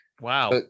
Wow